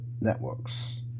networks